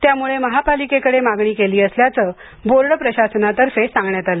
त्यामुळे महापालिकेकडे मागणी केली असल्याचं बोर्ड प्रशासनातर्फे सांगण्यात आलं